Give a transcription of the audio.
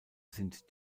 sind